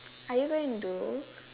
are you going do